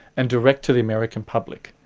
and direct to the american public,